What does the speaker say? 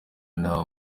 nta